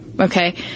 Okay